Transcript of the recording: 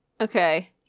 okay